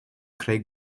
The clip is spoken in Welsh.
creu